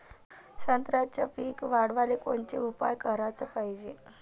संत्र्याचं पीक वाढवाले कोनचे उपाव कराच पायजे?